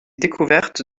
découverte